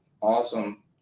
awesome